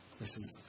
Listen